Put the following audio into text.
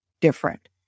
different